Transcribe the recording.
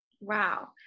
Wow